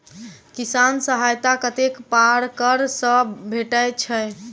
किसान सहायता कतेक पारकर सऽ भेटय छै?